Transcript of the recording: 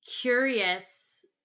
curious